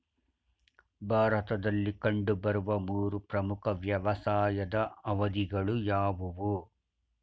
ಭಾರತದಲ್ಲಿ ಕಂಡುಬರುವ ಮೂರು ಪ್ರಮುಖ ವ್ಯವಸಾಯದ ಅವಧಿಗಳು ಯಾವುವು?